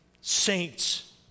Saints